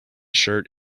shirt